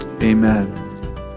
Amen